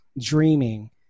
dreaming